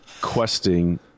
questing